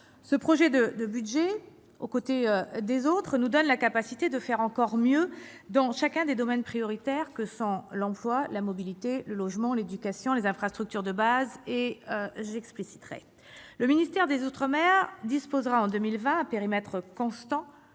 Ce projet de budget nous donne la capacité de faire encore mieux dans chacun des domaines prioritaires que sont l'emploi, la mobilité, le logement, l'éducation, les infrastructures de base. Je serai amenée à l'expliciter. Le ministère des outre-mer disposera en 2020, à périmètre constant,